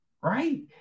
Right